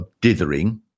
dithering